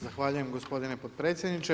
Zahvaljujem gospodine potpredsjedniče.